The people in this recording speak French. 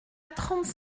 trente